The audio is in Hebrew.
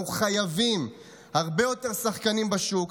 אנחנו חייבים הרבה יותר שחקנים בשוק,